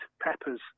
peppers